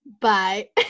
Bye